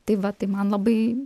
tai va tai man labai